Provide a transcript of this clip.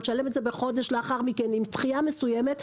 תשלם את זה בחודש לאחר מכן עם דחייה מסוימת,